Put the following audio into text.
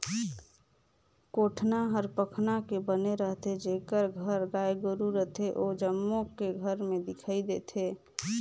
कोटना हर पखना के बने रथे, जेखर घर गाय गोरु रथे ओ जम्मो के घर में दिखइ देथे